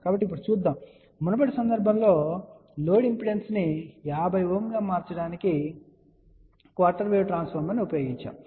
కాబట్టి ఇప్పుడు చూద్దాం మునుపటి సందర్భంలో లోడ్ ఇంపిడెన్స్ను 50Ω గా మార్చడానికి క్వార్టర్ వేవ్ ట్రాన్స్ఫార్మర్ను ఉపయోగించాము